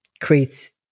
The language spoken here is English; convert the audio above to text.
creates